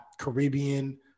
Caribbean